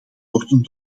worden